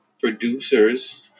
producers